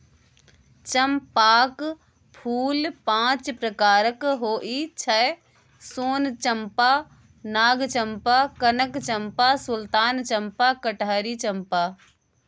चंपाक फूल पांच प्रकारक होइ छै सोन चंपा, नाग चंपा, कनक चंपा, सुल्तान चंपा, कटहरी चंपा